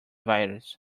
virus